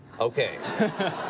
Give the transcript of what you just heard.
Okay